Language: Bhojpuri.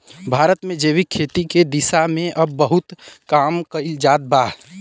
भारत में जैविक खेती के दिशा में अब बहुत काम कईल जात बा